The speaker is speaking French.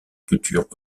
culture